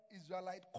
Israelite